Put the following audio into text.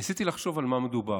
ניסיתי לחשוב על מה מדובר.